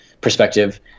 perspective